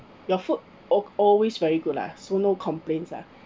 your food al~ always very good lah so no complaints ah